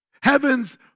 heaven's